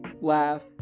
laugh